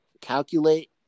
calculate